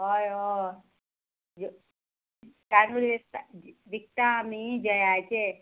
हय हय ज तांदूळ विकता विकता आमी जयाचे